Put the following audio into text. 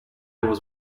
was